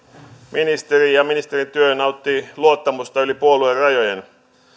ministeri ja ministerityö nauttivat luottamusta yli puoluerajojen